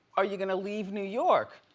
are you gonna leave new york?